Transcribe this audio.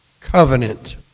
covenant